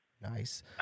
Nice